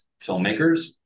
filmmakers